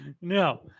no